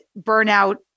burnout